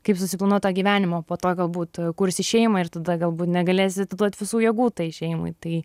kaip susiplanuot tą gyvenimą o po to galbūt kursi šeimą ir tada galbūt negalėsi atiduot visų jėgų tai šeimai tai